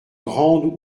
rende